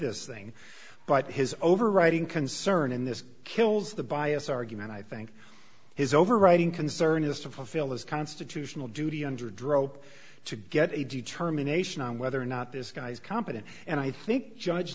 this thing but his overriding concern in this kills the bias argument i think his overriding concern is to fulfill his constitutional duty under drobe to get a determination on whether or not this guy is competent and i think judge